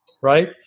Right